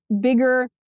bigger